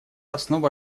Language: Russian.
основа